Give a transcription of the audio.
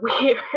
weird